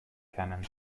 kennen